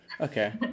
Okay